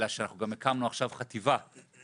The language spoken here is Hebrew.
אלא שאנחנו גם הקמנו עכשיו חטיבה נפרדת